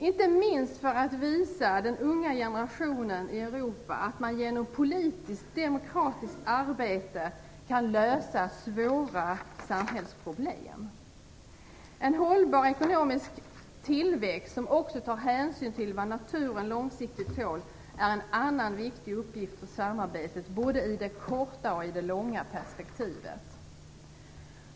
Inte minst gäller det att visa den unga generationen i Europa att man genom politiskt demokratiskt arbete kan lösa svåra samhällsproblem. En hållbar ekonomisk tillväxt, där också hänsyn tas till vad naturen långsiktigt tål, är en annan viktig uppgift för samarbetet både i det korta och i det långa perspektivet.